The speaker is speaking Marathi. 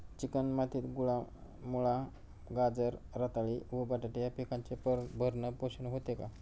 चिकण मातीत मुळा, गाजर, रताळी व बटाटे या पिकांचे भरण पोषण होते का?